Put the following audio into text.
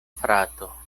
frato